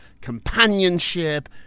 companionship